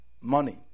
Money